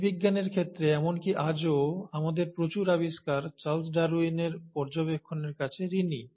জীববিজ্ঞানের ক্ষেত্রে এমনকি আজও আমাদের প্রচুর আবিষ্কার চার্লস ডারউইনের পর্যবেক্ষণের কাছে ঋণী